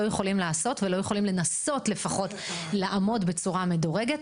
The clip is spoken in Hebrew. לא יכולים לעשות ולא יכולים לנסות לפחות לעמוד בהם בצורה מדורגת.